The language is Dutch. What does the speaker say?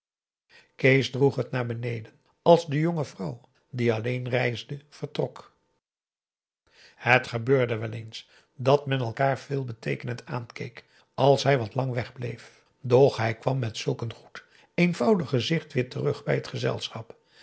kees droeg het naar beneden als de jonge vrouw die alleen reisde vertrok het gebeurde wel eens dat men elkaar veelbeteekenend aankeek als hij wat lang p a daum hoe hij raad van indië werd onder ps maurits wegbleef doch hij kwam met zulk een goed eenvoudig gezicht weer terug bij het gezelschap